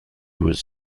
was